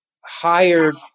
hired